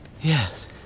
Yes